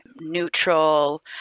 neutral